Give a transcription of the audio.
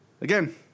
again